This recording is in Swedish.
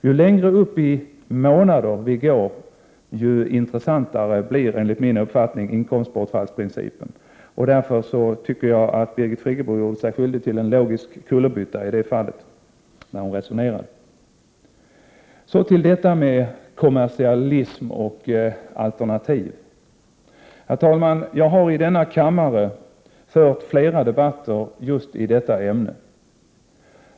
Ju fler månader det gäller, desto intressantare blir enligt min uppfattning inkomstbortfallsprincipen. Därför tycker jag att Birgit Friggebo gjorde sig skyldig till en logisk kullerbytta i det resonemanget. Till detta med kommersialism och alternativ. Jag har, herr talman, i denna kammare fört flera debatter just i detta ämne.